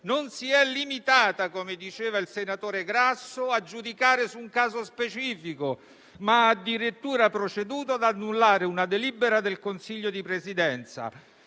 non si è limitata, come diceva il senatore Grasso, a giudicare su un caso specifico, ma ha addirittura proceduto ad annullare una delibera del Consiglio di Presidenza.